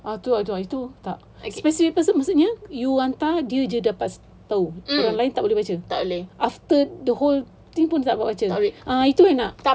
ah tu ah tu ah tu tak a specific person maksudnya you hantar dia jer dapat tahu orang lain tak boleh baca after the whole tu pun tak dapat baca juga itu I nak